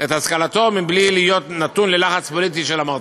את השכלתו מבלי להיות נתון ללחץ פוליטי של המרצים.